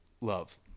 love